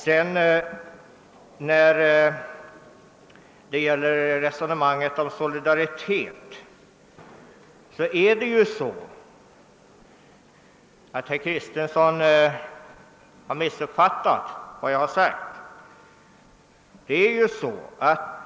Beträffande resonemanget om solidaritet vill jag framhålla, att herr Kristenson missuppfattat vad jag sagt.